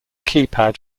keypad